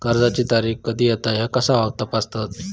कर्जाची तारीख कधी येता ह्या कसा तपासतत?